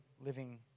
living